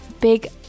big